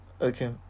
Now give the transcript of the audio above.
Okay